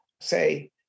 say